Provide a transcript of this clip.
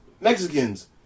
Mexicans